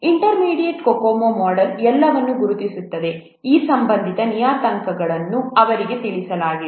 intermediate COCOMO model ಎಲ್ಲವನ್ನೂ ಗುರುತಿಸುತ್ತದೆ ಈ ಸಂಬಂಧಿತ ನಿಯತಾಂಕಗಳನ್ನು ಅವರಿಗೆ ತಿಳಿಸಲಾಗಿದೆ